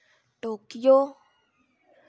Tokyo